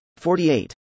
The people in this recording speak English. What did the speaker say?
48